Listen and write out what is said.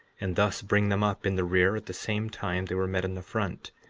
and thus bring them up in the rear at the same time they were met in the front.